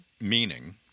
meaning